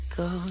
go